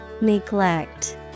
Neglect